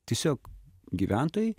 tiesiog gyventojai